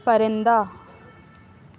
پرندہ